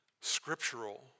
scriptural